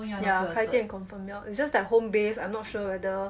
yeah 开店 confirm 要 it's just like home based I'm not sure whether